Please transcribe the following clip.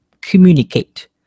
communicate